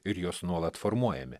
ir jos nuolat formuojami